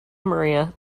maria